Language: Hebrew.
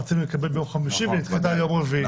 רצינו לקבל ביום חמישי והיא נדחתה ליום רביעי.